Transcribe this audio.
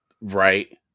Right